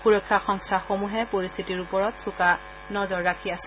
সুৰক্ষা সংস্থা সমূহে পৰিস্থিতিৰ ওপৰত চোকা নজৰ ৰাখি আছে